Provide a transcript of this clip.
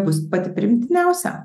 bus pati priimtiniausia